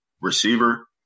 receiver